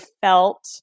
felt